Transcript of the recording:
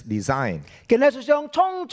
Design